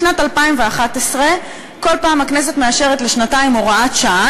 משנת 2011 כל פעם הכנסת מאשרת לשנתיים הוראת שעה,